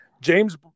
James